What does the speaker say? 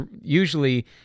usually